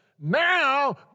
Now